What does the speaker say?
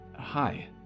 Hi